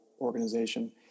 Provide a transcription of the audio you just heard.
organization